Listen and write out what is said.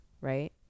right